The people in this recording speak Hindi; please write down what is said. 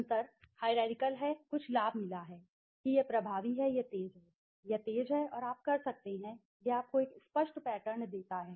अंतर हाईरारकिअल है कुछ लाभ मिला है कि यह प्रभावी है यह तेज है यह तेज है और आप कर सकते हैं यह आपको एक स्पष्ट पैटर्न देता है